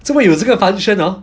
做么有这个 function ah